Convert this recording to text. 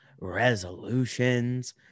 resolutions